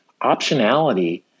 optionality